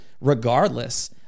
regardless